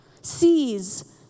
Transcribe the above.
sees